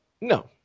no